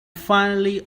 finally